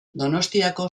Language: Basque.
donostiako